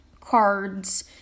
cards